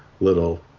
little